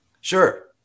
Sure